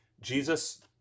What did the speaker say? Jesus